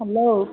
hello